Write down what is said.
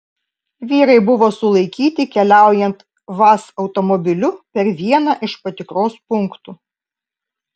vyrai buvo sulaikyti keliaujant vaz automobiliu per vieną iš patikros punktų